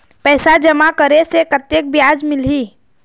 पैसा जमा करे से कतेक ब्याज मिलही?